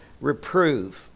reprove